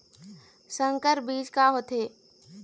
संकर बीज का होथे?